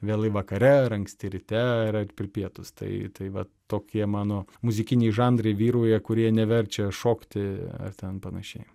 vėlai vakare ar anksti ryte ar ar per pietus tai tai vat tokie mano muzikiniai žanrai vyrauja kurie neverčia šokti ar ten panašiai